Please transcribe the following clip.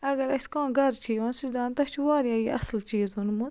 اَگر اَسہِ کانٛہہ گَرٕ چھِ یِوان سُہ چھِ دَپان تۄہہِ چھُو واریاہ یہِ اَصٕل چیٖز اوٚنمُت